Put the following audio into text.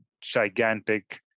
gigantic